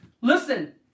Listen